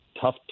tough